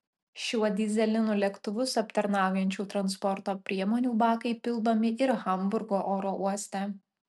šiuo dyzelinu lėktuvus aptarnaujančių transporto priemonių bakai pildomi ir hamburgo oro uoste